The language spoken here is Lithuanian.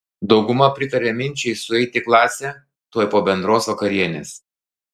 dauguma pritaria minčiai sueiti į klasę tuoj po bendros vakarienės